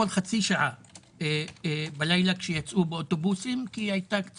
כל מי שעולה מאוקראינה החל